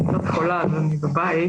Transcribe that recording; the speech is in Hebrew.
אני קצת חולה, אז אני בבית.